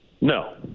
No